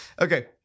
okay